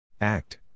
Act